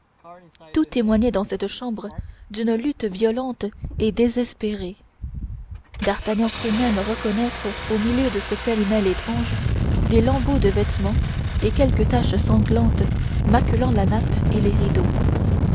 tout témoignait dans cette chambre d'une lutte violente et désespérée d'artagnan crut même reconnaître au milieu de ce pêle-mêle étrange des lambeaux de vêtements et quelques taches sanglantes maculant la nappe et les rideaux